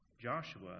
Joshua